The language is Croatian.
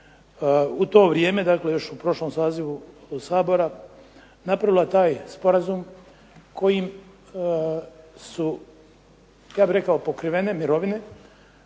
u to vrijeme, dakle još u prošlom sazivu Sabora napravila taj sporazum kojim su ja bih rekao pokrivene mirovine